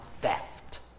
theft